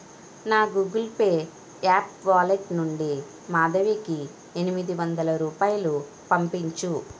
నా Google Pay app wallet నుండి మాధవికి ఎనిమిది వందల రూపాయలు పంపించు